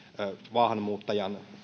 maahanmuuttajan